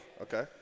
Okay